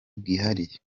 bwihariye